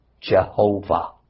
Jehovah